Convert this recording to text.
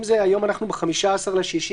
אם אנחנו היום ב-15 ביוני,